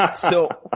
ah so